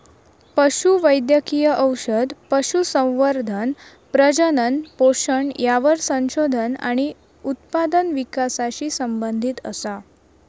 पशु वैद्यकिय औषध, पशुसंवर्धन, प्रजनन, पोषण यावर संशोधन आणि उत्पादन विकासाशी संबंधीत असा